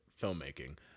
filmmaking